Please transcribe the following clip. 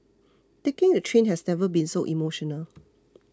taking the train has never been so emotional